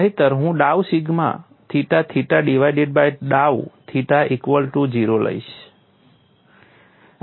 નહિંતર હું ડાઉ sigma theta theta divided by ડાઉ થીટા ઇક્વલ ટુ 0 લઈશ